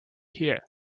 here